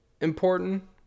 important